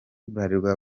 bralirwa